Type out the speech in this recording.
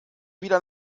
wieder